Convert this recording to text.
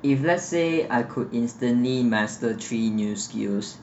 if let's say I could instantly master three new skills